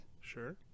Sure